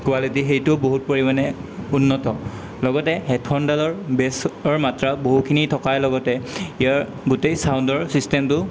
quality সেইটো বহুত পৰিমাণে উন্নত লগতে হেডফোনডালৰ বেছৰ মাত্ৰা বহুখিনি থকাৰ লগতে ইয়াৰ গোটেই ছাউণ্ডৰ ছিষ্টেমটো